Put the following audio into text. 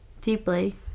Deeply